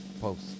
post